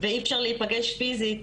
ואי אפשר להיפגש פיזית.